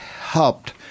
helped